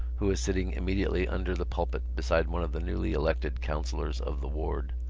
who was sitting immediately under the pulpit beside one of the newly elected councillors of the ward.